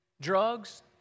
drugs